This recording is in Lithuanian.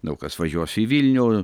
daug kas važiuos į vilnių